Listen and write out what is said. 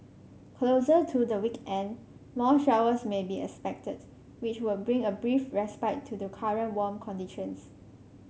closer to the weekend more showers may be expected which would bring a brief respite to the current warm conditions